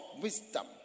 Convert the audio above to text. wisdom